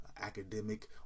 academic